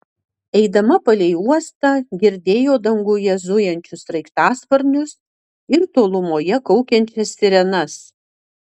eidama palei uostą girdėjo danguje zujančius sraigtasparnius ir tolumoje kaukiančias sirenas